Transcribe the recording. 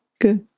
Good